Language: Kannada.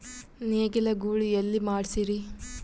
ನೇಗಿಲ ಗೂಳಿ ಎಲ್ಲಿ ಮಾಡಸೀರಿ?